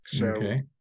Okay